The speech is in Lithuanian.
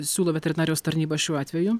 siūlo veterinarijos tarnyba šiuo atveju